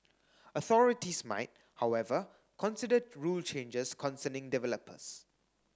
authorities might however consider rule changes concerning developers